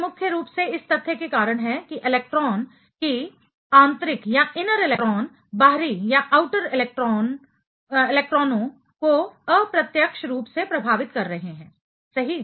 यह मुख्य रूप से इस तथ्य के कारण है कि इलेक्ट्रॉन कि आंतरिक इनर इलेक्ट्रॉन बाहरी आउटर इलेक्ट्रॉनों को अप्रत्यक्ष रूप से प्रभावित कर रहे हैं सही